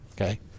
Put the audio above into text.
okay